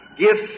gifts